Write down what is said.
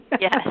Yes